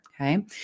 Okay